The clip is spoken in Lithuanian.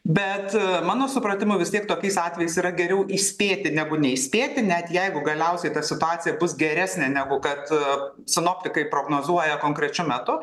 bet mano supratimu vis tiek tokiais atvejais yra geriau įspėti negu neįspėti net jeigu galiausiai ta situacija bus geresnė negu kad sinoptikai prognozuoja konkrečiu metu